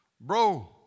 Bro